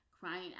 Crying